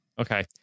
okay